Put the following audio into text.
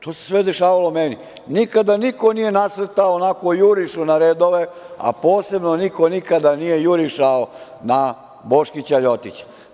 To se sve dešavalo meni, nikada niko nije nasrtao onako u jurišu na redove, a posebno nikada niko nije jurišao na „Boškića Ljotića“